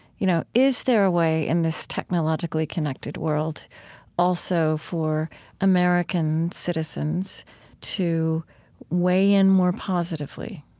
you know, is there a way in this technologically connected world also for american citizens to weigh in more positively,